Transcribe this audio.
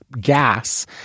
gas